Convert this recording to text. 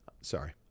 Sorry